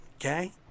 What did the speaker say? okay